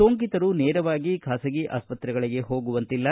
ಸೋಂಕಿತರು ನೇರವಾಗಿ ಖಾಸಗಿ ಆಸ್ತ್ರೆಗಳಿಗೆ ಹೋಗುವಂತಿಲ್ಲ